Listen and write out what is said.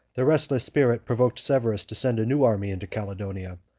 their restless spirit provoked severus to send a new army into caledonia,